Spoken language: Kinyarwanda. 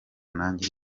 nanjye